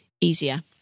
easier